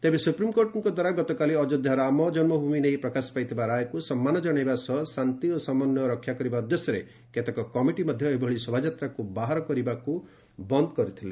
ତେବେ ସୁପ୍ରିମ୍କୋର୍ଟଦ୍ୱାରା ଗତକାଲି ଅଯୋଧ୍ୟା ରାମ ଜନ୍ମଭୂମି ନେଇ ପ୍ରକାଶ ପାଇଥିବା ରାୟକୁ ସମ୍ମାନ ଜଣାଇବା ସହ ଶାନ୍ତି ଓ ସମନ୍ୱୟ ରକ୍ଷା କରିବା ଉଦ୍ଦେଶ୍ୟରେ କେତେକ କମିଟି ମଧ୍ୟ ଏଭଳି ଶୋଭାଯାତ୍ରାକୁ ବାହାର କରିବା ବନ୍ଦ୍ କରିଥିଲେ